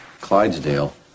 Clydesdale